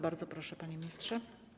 Bardzo proszę, panie ministrze.